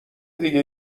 دیگه